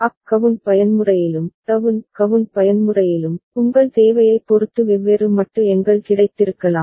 அப் count பயன்முறையிலும் down count பயன்முறையிலும் உங்கள் தேவையைப் பொறுத்து வெவ்வேறு மட்டு எண்கள் கிடைத்திருக்கலாம்